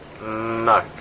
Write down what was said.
No